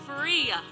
free